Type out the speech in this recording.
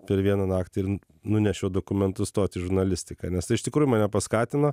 per vieną naktį ir nunešiau dokumentus stoti į žurnalistiką nes iš tikrųjų mane paskatino